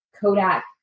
Kodak